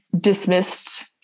dismissed